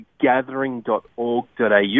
gathering.org.au